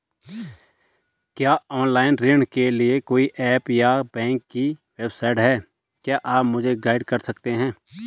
क्या ऑनलाइन ऋण के लिए कोई ऐप या बैंक की वेबसाइट है क्या आप मुझे गाइड कर सकते हैं?